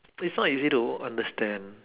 it's not easy to understand